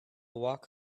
walk